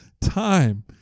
time